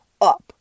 up